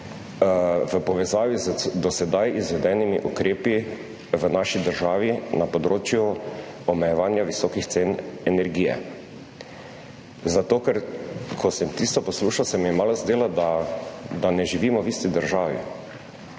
v povezavi z do sedaj izvedenimi ukrepi v naši državi na področju omejevanja visokih cen energije. Zato ker ko sem tisto poslušal, se mi je malo zdelo, da ne živimo v isti državi,